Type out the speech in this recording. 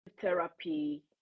therapy